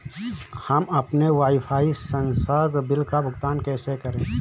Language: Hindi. हम अपने वाईफाई संसर्ग बिल का भुगतान कैसे करें?